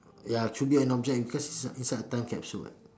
ya should be an object because it's inside a time capsule [what]